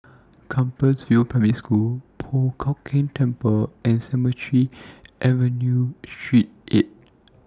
Compassvale Primary School Po Chiak Keng Temple and Cemetry Central Street eight